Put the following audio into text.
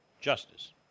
justice